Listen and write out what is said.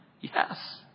Yes